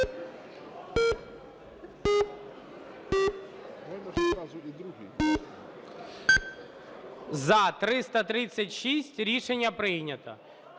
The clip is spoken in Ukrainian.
За-336 Рішення прийнято.